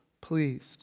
pleased